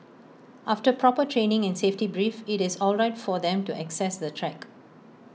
after proper training and safety brief IT is all right for them to access the track